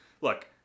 look